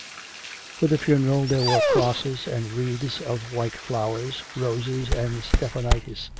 for the funeral there were crosses and wreaths of white flowers, roses, and stephanotis.